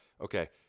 Okay